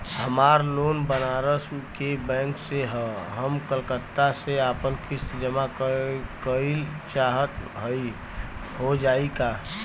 हमार लोन बनारस के बैंक से ह हम कलकत्ता से आपन किस्त जमा कइल चाहत हई हो जाई का?